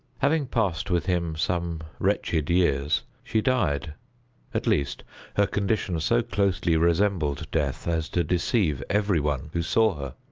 having passed with him some wretched years, she died at least her condition so closely resembled death as to deceive every one who saw her.